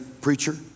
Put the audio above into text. preacher